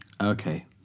Okay